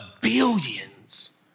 billions